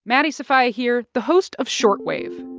maddie sofia here, the host of short wave,